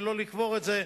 ולא נאפשר לקבור את זה.